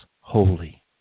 holy